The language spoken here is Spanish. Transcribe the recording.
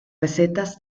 recetas